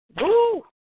Woo